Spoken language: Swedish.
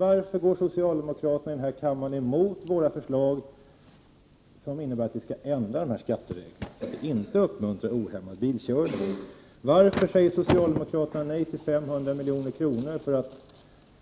Varför går socialdemokraterna här i kammaren emot miljöpartiets förslag om att ändra de här skattereglerna så att vi inte uppmuntrar ohämmad bilkörning? Varför säger socialdemokraterna nej till att anslå 500 milj.kr. för